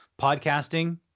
podcasting